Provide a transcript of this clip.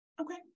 Okay